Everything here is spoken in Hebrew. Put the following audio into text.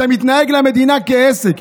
אתה מתנהג למדינה כמו אל עסק.